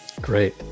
Great